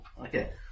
Okay